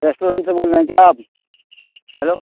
restaurant से बोल रहें क्या आप हेलो